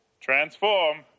transform